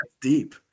deep